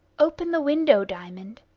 open the window, diamond,